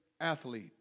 athlete